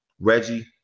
Reggie